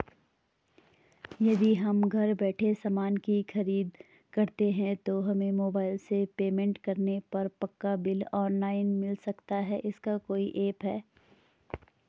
यदि हम घर बैठे सामान की खरीद करते हैं तो हमें मोबाइल से पेमेंट करने पर पक्का बिल ऑनलाइन मिल सकता है इसका कोई ऐप है